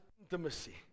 intimacy